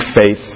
faith